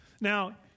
Now